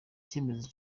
icyemezo